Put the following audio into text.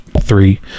three